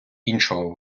іншого